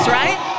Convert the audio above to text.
right